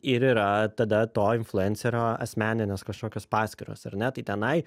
ir yra tada to influencerio asmeninės kažkokios paskyros ar ne tai tenai